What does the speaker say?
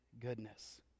goodness